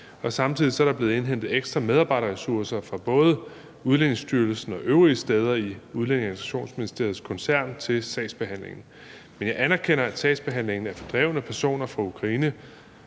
samtidig blevet indhentet ekstra medarbejderressourcer fra både Udlændingestyrelsen og øvrige steder i Udlændinge- og Integrationsministeriets koncern til sagsbehandlingen. Jeg anerkender, at sagsbehandlingen af opholdstilladelsen til fordrevne personer fra Ukraine